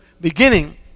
beginning